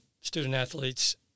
student-athletes